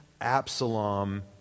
Absalom